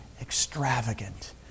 extravagant